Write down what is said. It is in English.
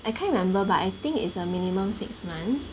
I can't remember but it think it's a minimum six months